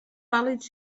vàlids